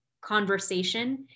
conversation